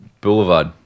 Boulevard